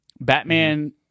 Batman